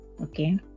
Okay